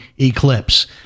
Eclipse